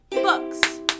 Books